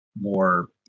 more